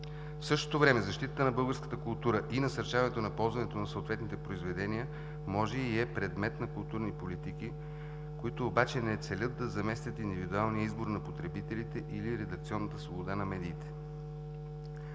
В същото време защитата на българската култура и насърчаването на ползването на съответните произведения може и е предмет на културни политики, които обаче не целят да заместят индивидуалния избор на потребителите или редакционната свобода на медиите.